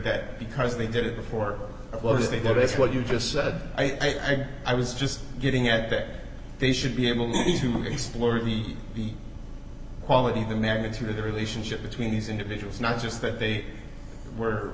that because they did it before they got it's what you just said i think i was just getting at that they should be able to explore the quality of the magnitude of the relationship between these individuals not just that they were